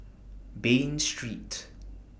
Bain Street